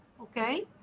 okay